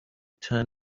turn